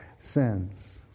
sins